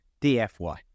dfy